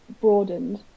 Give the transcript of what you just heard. broadened